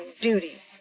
duty